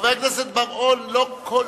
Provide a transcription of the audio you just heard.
לא כל,